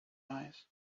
eyes